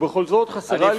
ובכל זאת חסרה לי